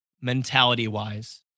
mentality-wise